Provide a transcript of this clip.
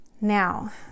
now